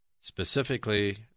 Specifically